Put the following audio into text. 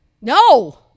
No